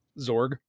zorg